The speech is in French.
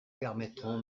permettront